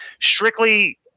Strictly